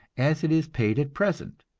as it is paid at present,